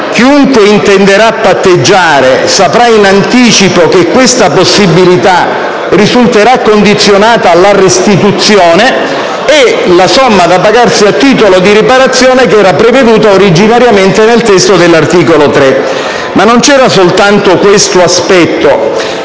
chiunque intenderà patteggiare saprà in anticipo che questa possibilità risulterà condizionata alla restituzione), e la somma da pagarsi a titolo di riparazione, che era prevista originariamente nel testo dell'articolo 3. Non c'era però soltanto questo aspetto